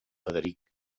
frederic